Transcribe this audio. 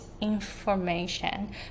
information